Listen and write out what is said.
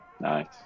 Nice